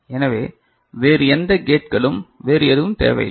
எனவே வேறு எந்த கேட்களும் வேறு எதுவும் தேவையில்லை